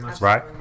right